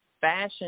fashion